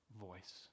voice